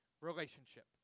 relationship